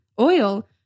oil